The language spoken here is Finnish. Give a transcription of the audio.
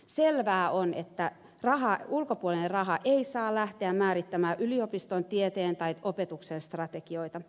selvää on että ulkopuolinen raha ei saa lähteä määrittämään yliopiston tieteen tai opetuksen strategioita